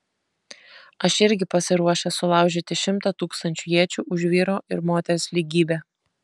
aš irgi pasiruošęs sulaužyti šimtą tūkstančių iečių už vyro ir moters lygybę